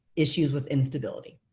issues with instability,